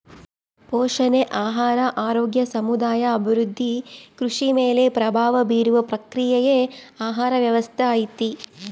ಪೋಷಣೆ ಆಹಾರ ಆರೋಗ್ಯ ಸಮುದಾಯ ಅಭಿವೃದ್ಧಿ ಕೃಷಿ ಮೇಲೆ ಪ್ರಭಾವ ಬೀರುವ ಪ್ರಕ್ರಿಯೆಯೇ ಆಹಾರ ವ್ಯವಸ್ಥೆ ಐತಿ